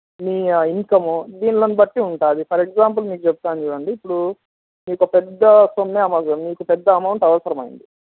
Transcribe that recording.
మీ income దీన్నీ బట్టి ఉంటుంది ఫర్ ఎగ్జాంపుల్ మీకు చెప్తాను చూడండి ఇప్పుడు మీకు పెద్ద సొమ్మే అవ మీకు పెద్ద అమౌంట్ అవసరమైంది